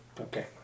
Okay